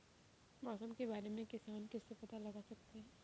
मौसम के बारे में किसान किससे पता लगा सकते हैं?